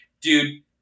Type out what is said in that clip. dude